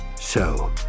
So